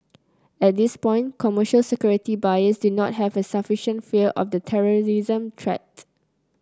at this point commercial security buyers do not have a sufficient fear of the terrorism threat